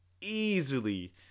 easily